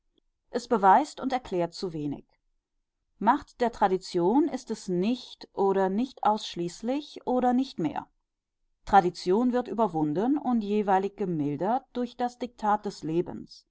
es beweist und erklärt zu wenig macht der tradition ist es nicht oder nicht ausschließlich oder nicht mehr tradition wird überwunden und jeweilig gemildert durch das diktat des lebens